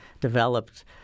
developed